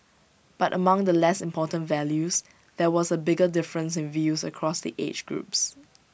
but among the less important values there was A bigger difference in views across the age groups